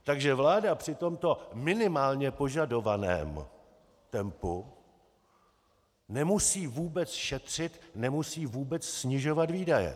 Takže vláda při tomto minimálně požadovaném tempu nemusí vůbec šetřit, nemusí vůbec snižovat výdaje.